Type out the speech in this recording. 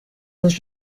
los